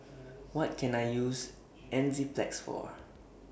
What Can I use Enzyplex For